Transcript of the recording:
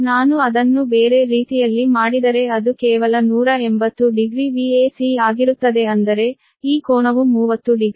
ನಾನು ಅದನ್ನು ಬೇರೆ ರೀತಿಯಲ್ಲಿ ಮಾಡಿದರೆ ಅದು ಕೇವಲ 180 ಡಿಗ್ರಿ Vac ಆಗಿರುತ್ತದೆ ಅಂದರೆ ಈ ಕೋನವು 30 ಡಿಗ್ರಿ